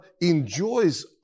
enjoys